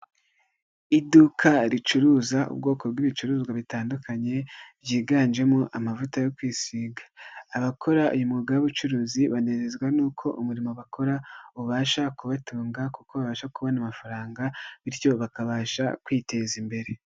Iduka ricuruza ubwoko bw'ibicuruzwa bitandukanye, byiganjemo amavuta yo kwisiga. Abakora uyu mwuga w'ubucuruzi banezezwa n'uko umurimo bakora, ubasha kubatunga kuko babasha kubona amafaranga bityo bakabasha kwiteza imbere.